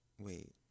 wait